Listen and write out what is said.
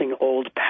old